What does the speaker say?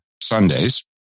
sundays